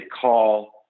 call